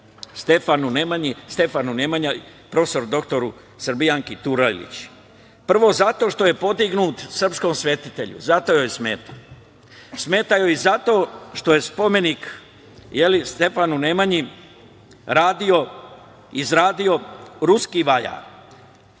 Stefanu Nemanji prof. dr Srbijanki Turajlić? Prvo zato što je podignut srpskom svetitelju, zato joj smeta. Smeta joj zato što je spomenik Stefanu Nemanji radio, izradio ruski vajar.